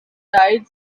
died